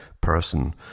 person